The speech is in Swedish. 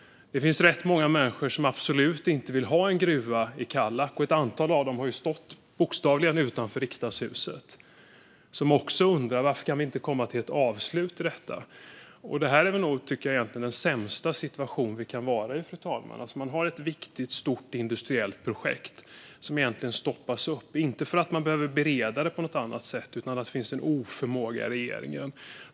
Det finns också många människor som absolut inte vill ha en gruva i Kallak. Ett antal av dem har bokstavligen stått utanför Riksdagshuset. De undrar också varför det inte kan komma ett avgörande. Fru talman! Jag tycker nog att vi befinner oss i den sämsta situation som man kan vara i. Ett viktigt, stort industriellt projekt stoppas upp. Det beror inte på att man behöver bereda det på något annat sätt, utan på en oförmåga hos regeringen.